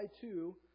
two